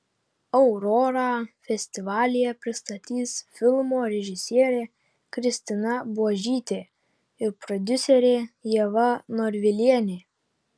aurorą festivalyje pristatys filmo režisierė kristina buožytė ir prodiuserė ieva norvilienė